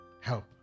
help